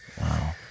Wow